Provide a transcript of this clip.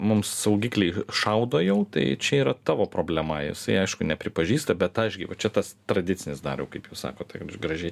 mums saugikliai šaudo jau tai čia yra tavo problema jisai aišku nepripažįsta bet aš gi va čia tas tradicinis dariau kaip jūs sakote jūs gražiai